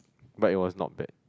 but it was not bad